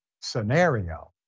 scenario